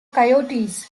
coyotes